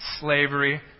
slavery